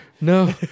No